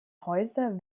häuser